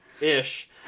Ish